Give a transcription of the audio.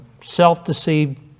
self-deceived